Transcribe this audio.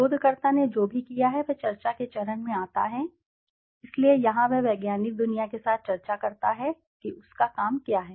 शोधकर्ता ने जो कुछ भी किया है वह चर्चा के चरण में आता है इसलिए यहां वह वैज्ञानिक दुनिया के साथ चर्चा करता है कि उसका काम क्या है